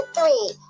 three